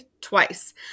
twice